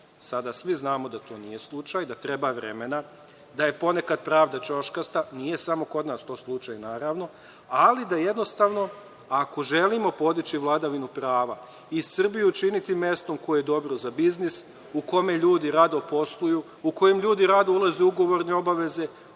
Sada svi znamo da to nije slučaj, da treba vremena, da je ponekad pravda ćoškasta, nije samo kod nas to slučaj naravno, ali da jednostavno ako želimo podići vladavinu prava i Srbiju učiniti mesto koje je dobro za biznis, u kome ljudi rado posluju, u kome ljudi rado ulaze u ugovorne obaveze,